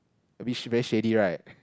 a bit very shady right